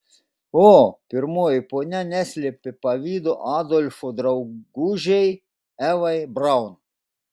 o pirmoji ponia neslėpė pavydo adolfo draugužei evai braun